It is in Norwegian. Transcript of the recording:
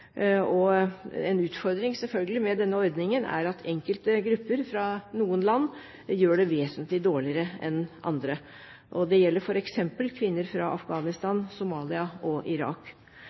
En utfordring med denne ordningen er selvfølgelig at enkelte grupper fra noen land gjør det vesentlig dårligere enn andre. Dette gjelder f.eks. kvinner fra Afghanistan, Somalia og Irak.